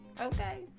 Okay